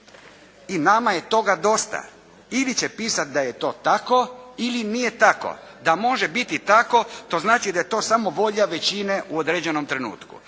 I nama je toga dosta. Ili će pisat da je to tako ili nije tako. Da može biti tako, to znači da je to samo volja većine u određenom trenutku.